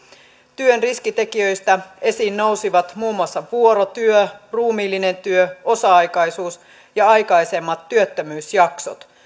työn riskitekijöistä esiin nousivat muun muassa vuorotyö ruumiillinen työ osa aikaisuus ja aikaisemmat työttömyysjaksot